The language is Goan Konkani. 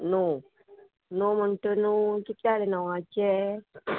णव णव म्हणटरु कितले जाले णवाचे